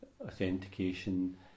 authentication